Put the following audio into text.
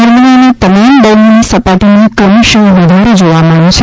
નર્મદાના તમામ ડેમોની સપાટીમાં પણ ક્રમશઃ વધારો જોવા મળ્યો છે